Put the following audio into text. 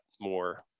more